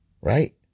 Right